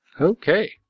okay